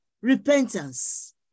repentance